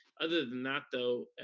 other than that, though,